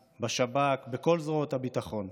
בשב"כ, בכל זרועות הביטחון.